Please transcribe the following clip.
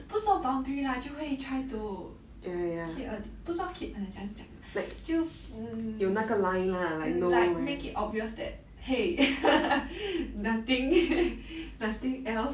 不说 boundary lah 就会 try to keep a 不说 keep err 怎样讲就 mm mm like make it obvious that !hey! nothing nothing else